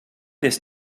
this